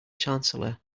chancellor